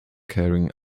carrying